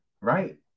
right